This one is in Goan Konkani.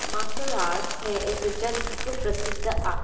मार्शल आर्ट्स हें एक जग प्रसिध्द आ